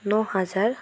ন হাজাৰ